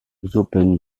open